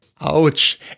Ouch